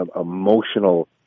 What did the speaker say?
emotional